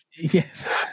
Yes